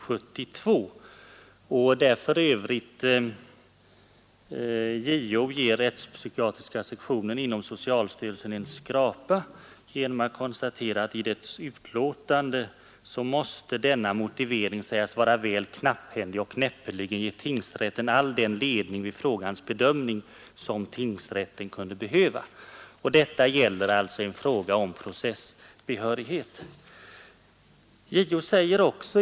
JO ger däri för övrigt den rättspsykiatriska sektionen inom socialstyrelsen en skrapa genom att konstatera att på den centrala punkten i dess utlåtande ”måste denna motivering sägas vara väl knapphändig och näppeligen ge tingsrätten all den ledning vid frågans bedömning som tingsrätten kunde behöva”. Detta gäller alltså en så viktig fråga som en människas processbehörighet.